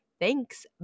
Thanks